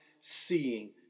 seeing